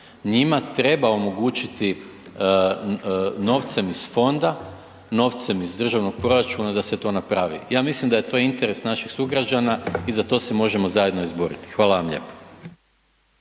Njima treba omogućiti novcem iz fonda, novcem iz državnog proračuna da se to napravi. Ja mislim da je to interes naših sugrađana i za to se možemo zajedno izboriti. Hvala vam lijepo.